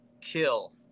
Kill